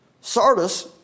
Sardis